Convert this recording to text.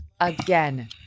again